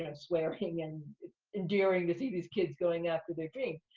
and swearing, and it's endearing to see these kids going after their dream.